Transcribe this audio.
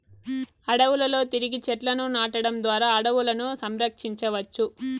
అడవులలో తిరిగి చెట్లను నాటడం ద్వారా అడవులను సంరక్షించవచ్చు